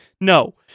No